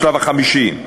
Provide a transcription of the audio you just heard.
השלב החמישי,